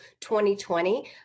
2020